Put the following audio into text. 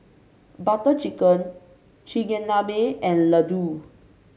Butter Chicken Chigenabe and Ladoo